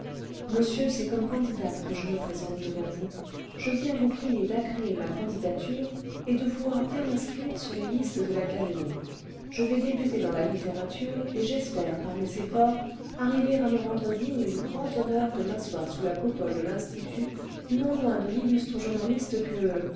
monsieur c'est comme candidate que je me présente devant vous je viens vous prier d'agréer ma candidature et cle vouloir bien m'inscrire sur les listes de l'académie je vais débuter clans la littérature et j'espère par mes efforts arriver à me rendre digne du grand honneur cle m'asseoir sous la coupole de l'institut non loin cle l'illustre journaliste que